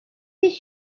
these